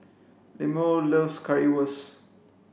Lemuel loves Currywurst